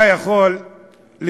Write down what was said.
אתה יכול לצחוק